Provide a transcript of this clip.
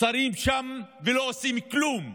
שרים ולא עושים כלום.